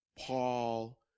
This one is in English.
Paul